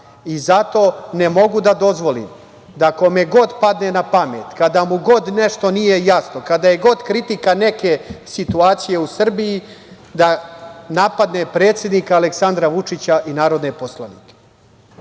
ne mogu da dozvolim da kome god padne na pamet, kada mu god nešto nije jasno, kada je god kritika neke situacije u Srbiji, da napadne predsednika Aleksandra Vučića i narodne poslanike. Dr